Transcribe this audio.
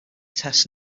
tests